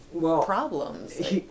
problems